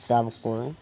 सब कोइ